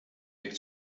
weg